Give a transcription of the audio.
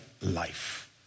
life